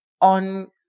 on